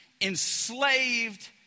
Enslaved